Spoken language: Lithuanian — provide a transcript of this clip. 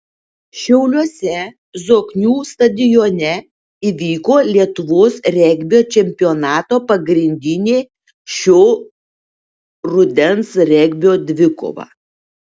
šiauliuose zoknių stadione įvyko lietuvos regbio čempionato pagrindinė šio rudens regbio dvikova